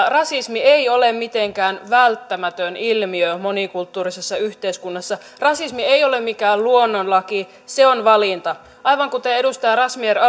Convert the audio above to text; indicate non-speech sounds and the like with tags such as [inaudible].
[unintelligible] rasismi ei ole mitenkään välttämätön ilmiö monikulttuurisessa yhteiskunnassa rasismi ei ole mikään luonnonlaki se on valinta aivan kuten edustaja razmyar [unintelligible]